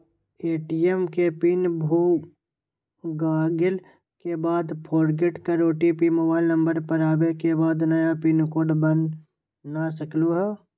ATM के pin भुलागेल के बाद फोरगेट कर ओ.टी.पी मोबाइल नंबर पर आवे के बाद नया पिन कोड बना सकलहु ह?